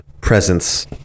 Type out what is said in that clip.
presence